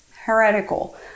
heretical